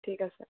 ঠিক আছে